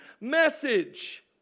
message